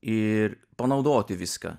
ir panaudoti viską